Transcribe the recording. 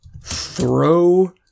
Throw